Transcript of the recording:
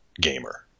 gamer